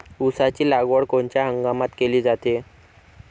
ऊसाची लागवड कोनच्या हंगामात केली जाते?